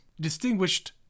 Distinguished